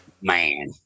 man